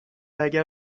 اگر